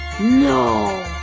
No